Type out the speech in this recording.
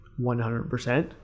100